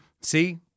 see